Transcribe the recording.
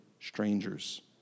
strangers